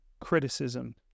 criticism